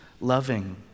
loving